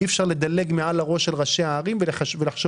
אי אפשר לדלג מעל הראש שלהם ולחשוב